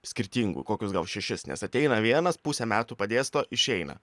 skirtingų kokius gal šešis nes ateina vienas pusę metų padėsto išeina